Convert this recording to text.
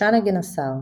"שושנה גינוסר",